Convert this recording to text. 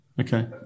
okay